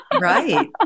right